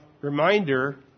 reminder